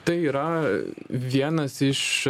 tai yra vienas iš